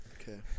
Okay